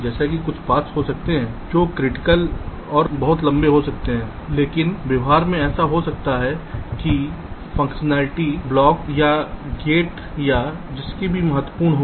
जैसे कुछ पाथ्स हो सकते हैं जो बहुत क्रिटिकल और बहुत लंबे लग सकते हैं लेकिन व्यवहार में ऐसा जो हो सकता है कि फंक्शनैलिटी ब्लॉक या गेट या जिसकी भी महत्वपूर्ण हो